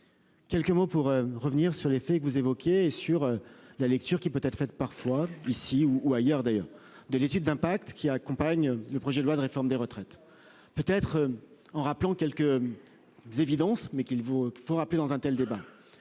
Quelques mots pour revenir sur les faits que vous évoquiez sur la lecture, qui peut être fait parfois ici ou ailleurs d'ailleurs de l'étude d'impact qui accompagne le projet de loi de réforme des retraites. Peut être en rappelant quelques. Évidences mais qu'il vous faut rappeler dans un tel débat.